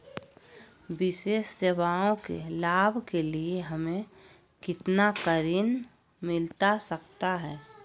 विशेष सेवाओं के लाभ के लिए हमें कितना का ऋण मिलता सकता है?